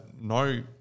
no